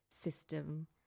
system